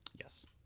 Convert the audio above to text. Yes